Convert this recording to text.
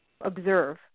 observe